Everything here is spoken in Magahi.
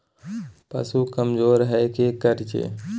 पशु कमज़ोर है कि करिये?